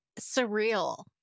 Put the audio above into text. surreal